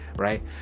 Right